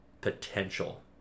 potential